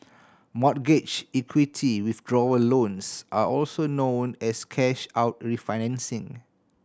mortgage equity withdrawal loans are also known as cash out refinancing